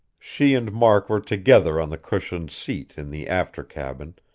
she and mark were together on the cushioned seat in the after cabin,